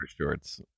shorts